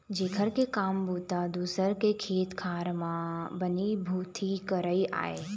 जेखर के काम बूता दूसर के खेत खार म बनी भूथी करई आय